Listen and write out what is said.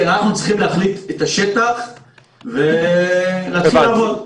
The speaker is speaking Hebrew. אנחנו צריכים להחליט על השטח ולהתחיל לעבוד.